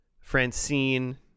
francine